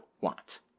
want